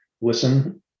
listen